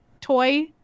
toy